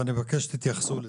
ואני מבקש שתתייחסו לזה,